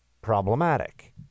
problematic